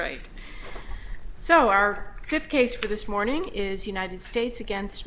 right so our fifth case for this morning is united states against